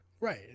right